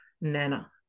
Nana